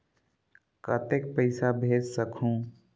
कतेक पइसा भेज सकहुं?